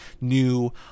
new